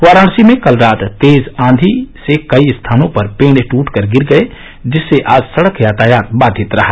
वाराणसी में कल रात तेज आधी से कई स्थानों पर पेड़ टूटकर गिर गये जिससे आज सड़क यातायात बाधित रहा